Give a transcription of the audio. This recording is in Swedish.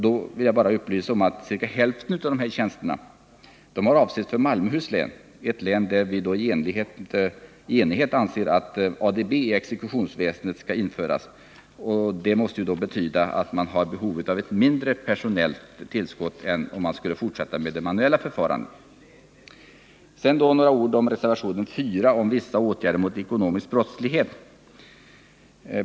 Låt mig då upplysa om att ca hälften av dessa tjänster avsetts för Malmöhus län — ett län där vi i enighet anser att ADB skall införas i exekutionsväsendet — och det måste väl innebära att behovet av personal blir mindre än om man skulle fortsätta med ett manuellt förfarande. Slutligen några ord om reservation 4 beträffande vissa åtgärder mot ekonomisk brottslighet.